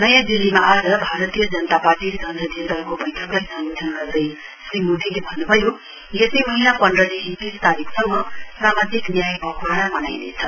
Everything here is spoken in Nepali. नयाँ दिल्लीमा आज भारतीय जनता पार्टी संसदीय दलको बैठकलाई सम्बोधन गर्दै श्री मोदीले भन्नुभयो यसै महीना पन्धदेखि तीस तारीकसम्म सामाजिक न्याय पखवाड़ा मनाइनेछ